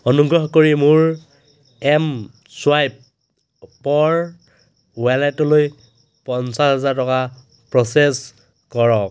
অনুগ্ৰহ কৰি মোৰ এম চুৱাইপৰ ৱালেটলৈ পঞ্চাছ হাজাৰ টকা প্ৰ'চেছ কৰক